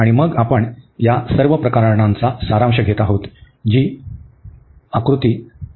आणि मग आपण या सर्व प्रकरणांचा सारांश घेत आहोत जी आयताकृती आहेत